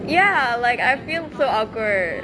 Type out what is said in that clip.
ya like I feel so awkward